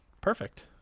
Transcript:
Perfect